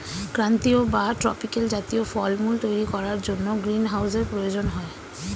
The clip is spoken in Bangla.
ক্রান্তীয় বা ট্রপিক্যাল জাতীয় ফলমূল তৈরি করার জন্য গ্রীনহাউসের প্রয়োজন হয়